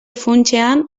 funtsean